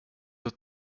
att